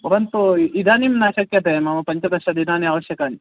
पन्तु इदानीं न शक्यते मम पञ्चदशदिनानि आवश्यकानि